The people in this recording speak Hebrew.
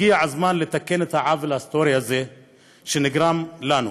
הגיע הזמן לתקן את העוול ההיסטורי הזה שנגרם לו.